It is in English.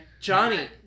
Johnny